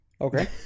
Okay